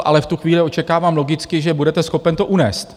Ale v tu chvíli očekávám logicky, že budete schopen to unést.